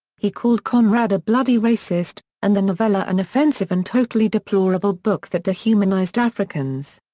he called conrad a bloody racist and the novella an offensive and totally deplorable book that de-humanized africans.